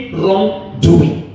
wrongdoing